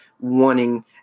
wanting